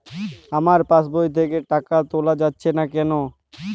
আমার পাসবই থেকে টাকা তোলা যাচ্ছে না কেনো?